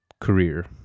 career